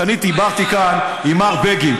כשאני דיברתי כאן עם מר בגין,